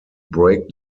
brake